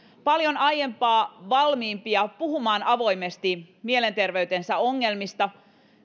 paljon aiempaa valmiimpia puhumaan avoimesti mielenterveytensä ongelmista